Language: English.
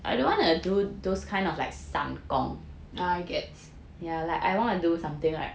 yeah I gets